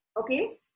Okay